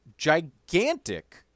Gigantic